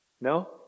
No